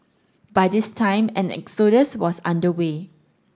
by this time an exodus was under way